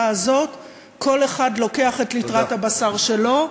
הזאת כל אחד לוקח את ליטרת הבשר שלו,